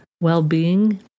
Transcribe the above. well-being